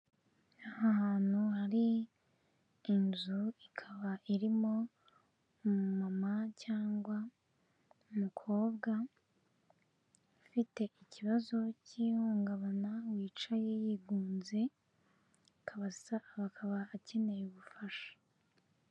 Aha hantu hari inzu, ikaba irimo umumama cyangwa umukobwa ufite ikibazo cy'ihungabana wicaye yigunze , akaba akeneye ubufasha .